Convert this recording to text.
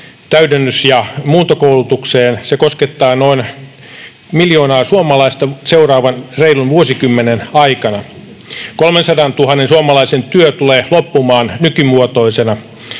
täydennys- ja muuntokoulutukselle. Se koskettaa noin miljoonaa suomalaista seuraavan reilun vuosikymmenen aikana. 300 000 suomalaisen työ tulee loppumaan nykymuotoisena.